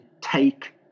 take